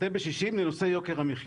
בטל בשישים לנושא יוקר המחיה.